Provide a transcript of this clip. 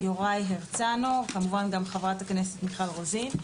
יוראי הרצנו ומיכל רוזין.